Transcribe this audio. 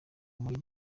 muri